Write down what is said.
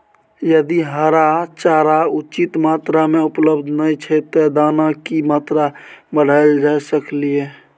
यदि हरा चारा उचित मात्रा में उपलब्ध नय छै ते दाना की मात्रा बढायल जा सकलिए?